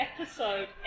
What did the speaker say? episode